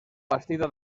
bastida